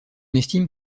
estime